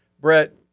Brett